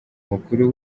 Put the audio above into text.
mukuru